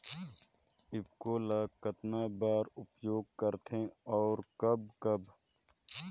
ईफको ल कतना बर उपयोग करथे और कब कब?